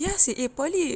yes seh eh poly